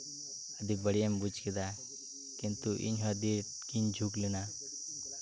ᱟᱹᱰᱤ ᱵᱟᱹᱲᱤᱡ ᱮᱢ ᱵᱩᱡ ᱠᱮᱫᱟ ᱠᱤᱱᱛᱩ ᱤᱧ ᱦᱚᱸ ᱟᱹᱰᱤ ᱟᱸᱴ ᱜᱤᱧ ᱡᱷᱩᱠ ᱞᱮᱱᱟ